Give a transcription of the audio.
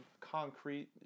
concrete